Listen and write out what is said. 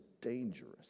dangerous